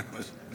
מה עם השאילתה?